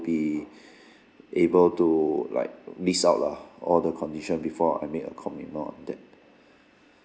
be able to like list out lah all the condition before I make a commitment on that